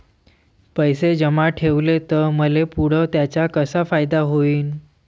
पैसे जमा ठेवले त मले पुढं त्याचा कसा फायदा होईन?